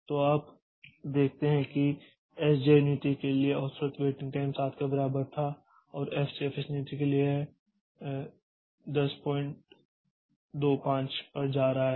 तो आप देखते हैं कि एसजेएफ नीति के लिए औसत वेटिंग टाइम 7 के बराबर था और एफसीएफएस नीति के लिए यह 1025 पर जा रहा है